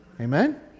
Amen